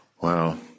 Wow